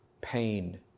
Pain